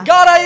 God